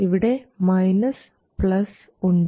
ഇവിടെ minus plus ഉണ്ട്